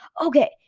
okay